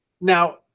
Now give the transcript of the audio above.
Now